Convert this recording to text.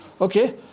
Okay